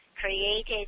created